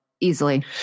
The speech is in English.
easily